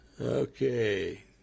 Okay